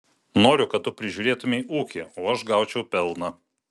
noriu kad tu prižiūrėtumei ūkį o aš gaučiau pelną